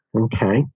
Okay